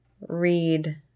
read